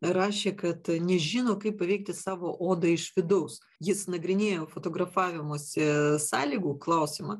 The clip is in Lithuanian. rašė kad nežino kaip paveikti savo odą iš vidaus jis nagrinėjo fotografavimosi sąlygų klausimą